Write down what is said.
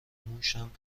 موشاند